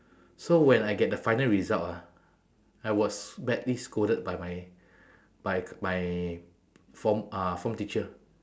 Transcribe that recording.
so when I get the final result ah I was badly scolded by my by my form uh form teacher